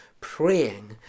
praying